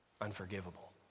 Unforgivable